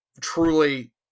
Truly